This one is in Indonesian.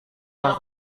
yang